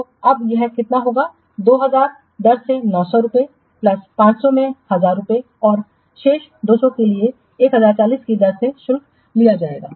तो अब यह कितना होगा 2000 दर में 900 प्लस 500 में 1000 और शेष 200 में 1040 की दर से शुल्क लिया जाएगा